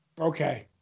Okay